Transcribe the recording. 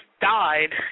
died